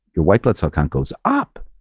your white blood cell count goes up,